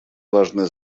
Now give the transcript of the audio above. важная